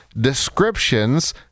descriptions